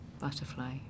Butterfly